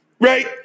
Right